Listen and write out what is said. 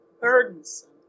burdensome